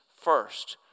First